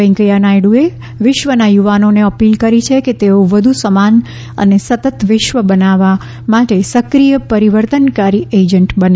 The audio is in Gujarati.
વૈકેંયા નાયડુએ વિશ્વના યુવાઓને અપીલ કરી છે કે તેઓ વધુ સમાન અને સતત વિશ્વ બનાવવા માટે સક્રિય પરિવર્તનકારી એજન્ટ બને